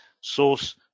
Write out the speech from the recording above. source